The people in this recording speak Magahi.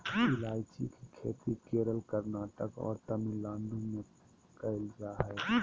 ईलायची के खेती केरल, कर्नाटक और तमिलनाडु में कैल जा हइ